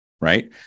right